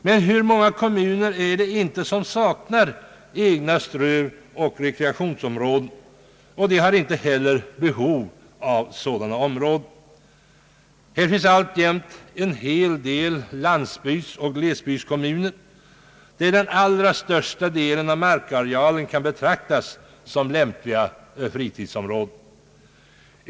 Men hur många kommuner saknar inte egna strövoch rekreationsområden? Många har inte heller behov av sådana områden. Det finns alltjämt många landsbygdsoch glesbygdskommuner där den allra största delen av markarealen kan betraktas som lämpligt fritidsområde.